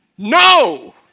No